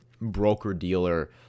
broker-dealer